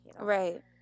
Right